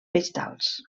vegetals